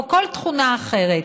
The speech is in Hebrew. או כל תכונה אחרת,